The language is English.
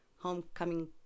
homecoming